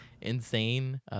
insane